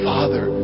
Father